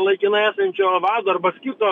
laikinai esančio vado arba skirto